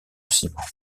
ciment